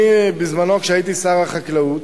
בזמני, כשהייתי שר החקלאות,